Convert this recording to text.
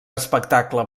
espectacle